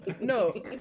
No